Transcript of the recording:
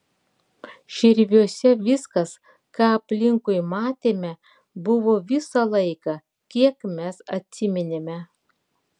širviuose viskas ką aplinkui matėme buvo visą laiką kiek mes atsiminėme